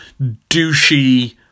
douchey